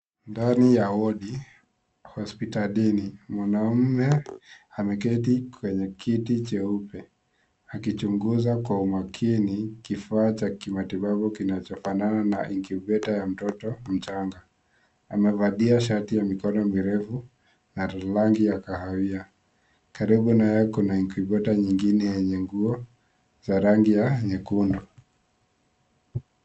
Ndani ya wodi, hospitalini, mwanamume ameketi kwenye kiti cheupe, akichunguza kwa umakini, kifaa cha kimatibabu kinachofanana na incubator ya mtoto mchanga. Amevalia shati ya mikono mirefu na la rangi ya kahawia. Karibu naye kuna incubator nyingine yenye nguo za rangi ya nyekundu.